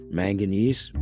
manganese